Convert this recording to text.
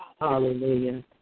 Hallelujah